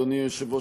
אדוני היושב-ראש,